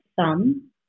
thumb